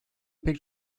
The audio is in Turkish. pek